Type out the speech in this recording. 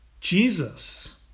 Jesus